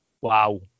wow